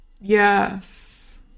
Yes